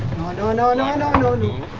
no no no no no no no